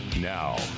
Now